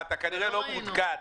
אתה כנראה לא מעודכן.